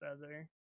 feather